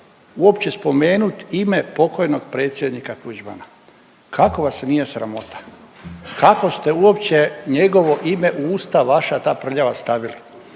uopće spomenut ime pokojnog predsjednika Tuđmana. Kako vas nije sramota? Kako ste uopće njegovo ime u usta vaša ta prljava stavili?